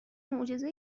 معجزه